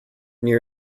near